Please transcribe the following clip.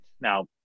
Now